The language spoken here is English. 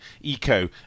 eco